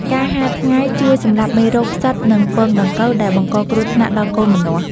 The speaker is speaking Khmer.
ការហាលថ្ងៃជួយសម្លាប់មេរោគ ផ្សិត និងពងដង្កូវដែលបង្កគ្រោះថ្នាក់ដល់កូនម្នាស់។